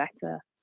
better